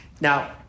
Now